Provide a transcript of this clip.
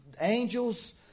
angels